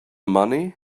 money